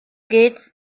gates